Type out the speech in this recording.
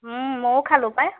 ময়ো খালোঁ পায়